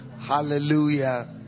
Hallelujah